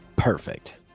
Perfect